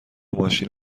ماشین